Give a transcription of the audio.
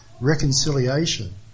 reconciliation